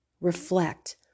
reflect